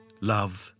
love